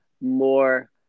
more